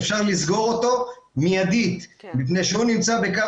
אפשר לסגור אותו מיידית מפני שהוא נמצא בקו